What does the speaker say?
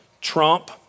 Trump